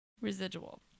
residual